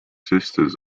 sisters